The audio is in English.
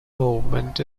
movement